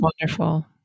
wonderful